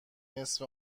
نصف